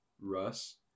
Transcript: Russ